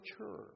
mature